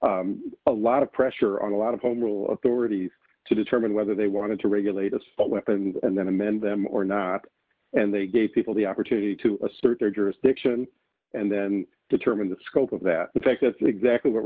be a lot of pressure on a lot of home rule authorities to determine whether they want to regulate assault weapons and then amend them or not and they gave people the opportunity to assert their jurisdiction and then determine the scope of that fact that's exactly what